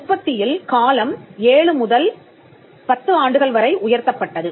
உற்பத்தியில் காலம் 7 முதல் 10 ஆண்டுகள் வரை உயர்த்தப்பட்டது